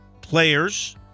players